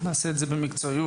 נעשה את זה במקצועיות.